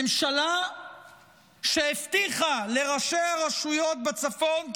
ממשלה שהבטיחה לראשי הרשויות בצפון,